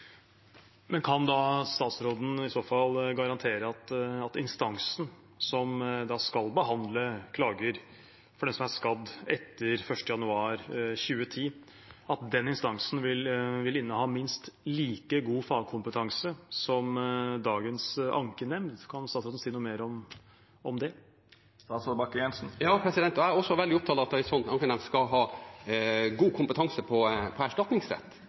Kan da statsråden i så fall garantere at instansen som skal behandle klager fra dem som er skadd etter 1. januar 2010, vil inneha minst like god fagkompetanse som dagens ankenemnd? Kan statsråden si noe mer om det? Ja, og jeg er også veldig opptatt av at en slik ankenemnd skal ha god kompetanse på